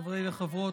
חברי וחברות,